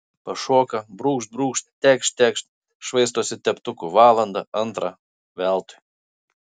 pašoka brūkšt brūkšt tekšt tekšt švaistosi teptuku valandą antrą veltui